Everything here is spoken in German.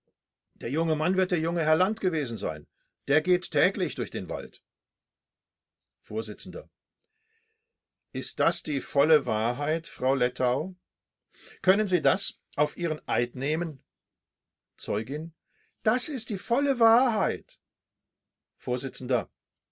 der junge mann wird der junge herr land gewesen sein der geht täglich durch den wald vors ist das die volle wahrheit frau lettau können sie das auf ihren eid nehmen zeugin das ist die volle wahrheit